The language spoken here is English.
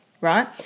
Right